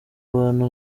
bantu